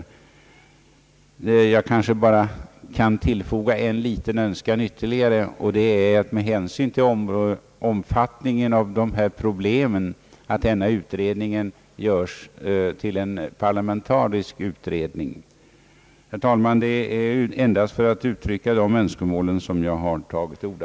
Jag vill bara tillfoga en liten önskan om att denna utredning, med hänsyn till problemets omfattning, görs till en parlamentarisk utredning. Herr talman! Det är endast för att uttrycka de önskemålen som jag har tagit till orda.